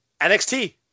NXT